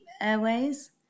airways